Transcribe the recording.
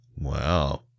Wow